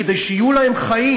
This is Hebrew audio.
כדי שיהיו להם חיים,